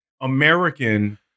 American